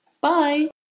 Bye